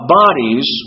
bodies